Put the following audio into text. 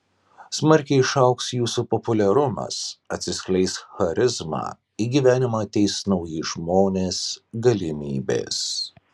smarkiai išaugs jūsų populiarumas atsiskleis charizma į gyvenimą ateis nauji žmonės galimybės